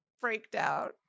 breakdown